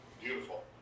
Beautiful